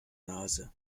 nase